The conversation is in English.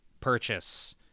purchase